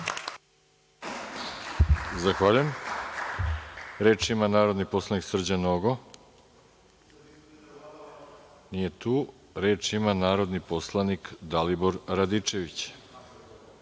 Arsić** Reč ima narodni poslanik Srđan Nogo. Nije tu. Reč ima narodni poslanik Dalibor Radičević.